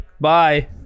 Bye